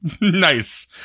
Nice